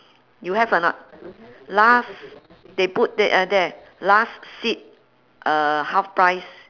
you have or not last they put there uh there last seat uh half price